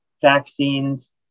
vaccines